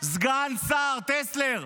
סגן שר, טסלר,